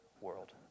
world